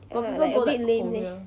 ya like a bit lame leh